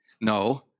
No